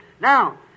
Now